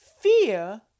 Fear